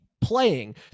playing